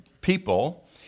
people